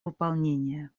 выполнения